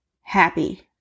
happy